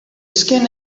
skin